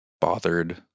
bothered